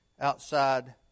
outside